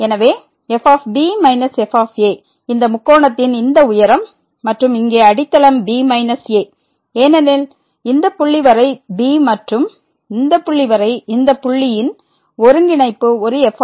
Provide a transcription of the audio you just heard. எனவே fb f இந்த முக்கோணத்தின் இந்த உயரம் மற்றும் இங்கே அடித்தளம் b a ஏனெனில் இந்த புள்ளி வரை b மற்றும் இந்த புள்ளி வரை இந்த புள்ளியின் ஒருங்கிணைப்பு ஒரு f